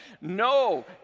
No